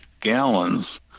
gallons